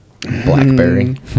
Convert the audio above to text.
blackberry